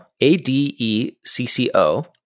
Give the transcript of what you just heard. A-D-E-C-C-O